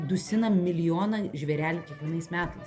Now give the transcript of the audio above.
dusina milijoną žvėrelių kiekvienais metais